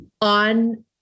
on